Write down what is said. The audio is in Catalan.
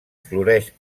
floreix